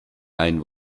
ein